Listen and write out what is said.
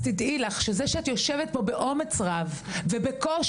אז תדעי לך שזה שאת יושבת פה באומץ רב ובקושי,